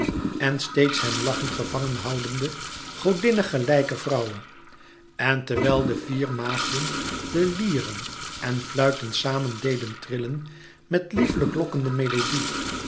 en steeds hem lachend gevangen houdende godinne gelijke vrouwe en terwijl de vier maagden de lieren en fluiten samen deden trillen met lieflijk lokkende melodie